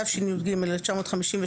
תשי"ג-1953,